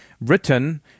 written